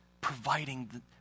providing